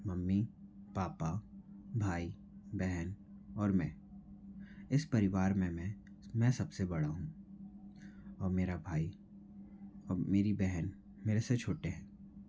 mummy papa भाई बहन और मैं इस परिवार में मैं मैं सबसे बड़ा हूँ और मेरा भाई और मेरी बहन मेरे से छोटे हैं